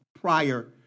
prior